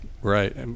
Right